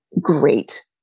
great